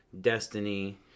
Destiny